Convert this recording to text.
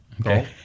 Okay